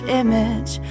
image